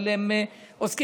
אבל הם עוסקים,